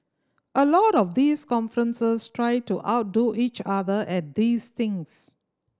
a lot of these conferences try to outdo each other at these things